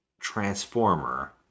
Transformer